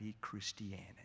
Christianity